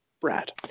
brad